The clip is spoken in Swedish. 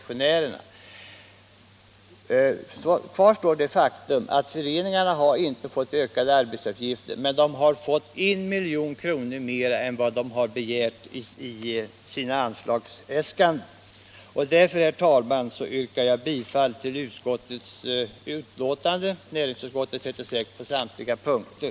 Vidare kvarstår det faktum att föreningarna inte har fått ökade arbetsuppgifter, men de har fått 1 milj.kr. mer än de begärt i sina anslagsäskanden. Därför, herr talman, yrkar jag bifall till utskottets hemställan i näringsutskottets betänkande nr 36 på samtliga punkter.